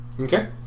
Okay